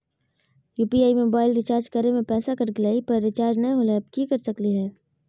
UPI से mobile recharge करे में पैसा कट गेलई, पर रिचार्ज नई होलई, अब की कर सकली हई?